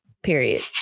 period